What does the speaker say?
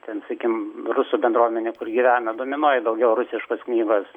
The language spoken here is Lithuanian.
ten sakykim rusų bendruomenė kur gyvena dominuoja daugiau rusiškos knygos